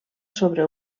sobre